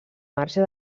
marge